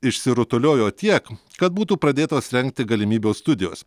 išsirutuliojo tiek kad būtų pradėtos rengti galimybių studijos